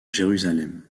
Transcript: jérusalem